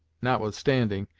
notwithstanding,